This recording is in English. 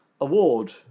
award